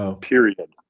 period